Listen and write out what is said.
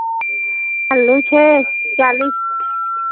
आलू छै चालीस